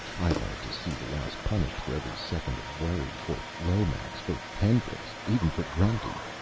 i wanted to see the louse punished for every second of worry, for lomax, for hendrix even for grundy.